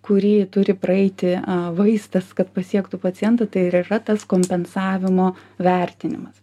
kurį turi praeiti vaistas kad pasiektų pacientą tai ir yra tas kompensavimo vertinimas